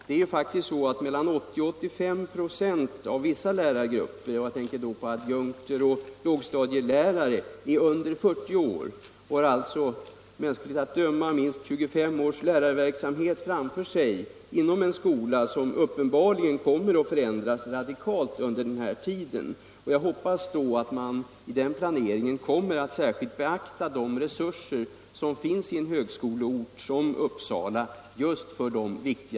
Mellan 80 och 85 96 av vissa lärargrupper — jag tänker då på adjunkter och lågstadielärare — är under 40 år och har alltså mänskligt att döma minst 25 års lärarverksamhet framför sig i en skola som uppenbarligen kommer att förändras radikalt under den tiden. Jag hoppas därför att man vid den planeringen särskilt beaktar de resurser som finns i en högskoleort som Uppsala.